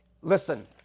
Listen